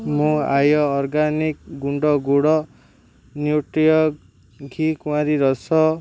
ମୁଁ ଆୟ ଅର୍ଗାନିକ୍ ଗୁଣ୍ଡ ଗୁଡ଼ ନ୍ୟୁଟ୍ରିୟ ଘିକୁଆଁରୀ ରସ